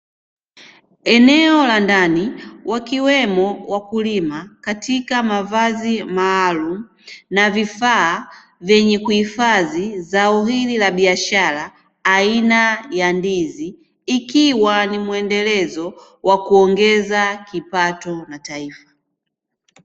Eneo la ndani, wakiwepo wakulima katika mavazi maalumu na vifaa vyenye kuhifadhi zao hili la biashara aina ya ndizi, ikiwa ni muendelezo wa kuongeza kipato cha taifa.